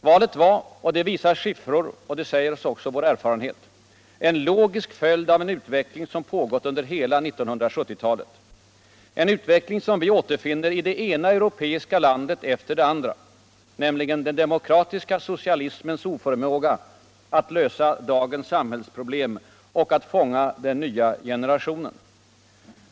Valresultatet var - det visar siffror och der säger oss vår erfarenhet - en logisk följd av en uwtveckling som pågått under hela 1970-talet. en utveckling som vi återfinner i det ena curopeiska landet efter det andra, nämligen den demokratiska socialismens oförmåga att lösa dagens samhiällsproblem och att fånga den nya generationen.